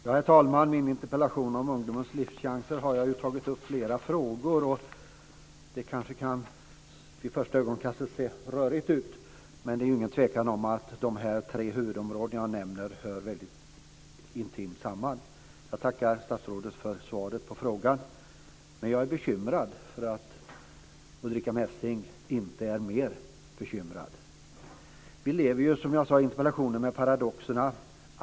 Herr talman! I min interpellation om ungdomens livschanser har jag tagit upp flera frågor. Det kan vid första ögonkastet se rörigt ut, men det är ingen tvekan om att de tre huvudområden jag nämner hör intimt samman. Jag tackar statsrådet för svaret på interpellationen. Men jag är bekymrad över att Ulrica Messing inte är mer bekymrad. Vi lever, som jag sade i interpellationen, med en paradox.